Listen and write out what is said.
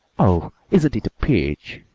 oh, isn't it a peach!